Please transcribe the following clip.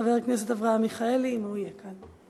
ואחריו, חבר הכנסת אברהם מיכאלי, אם הוא יהיה כאן.